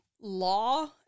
law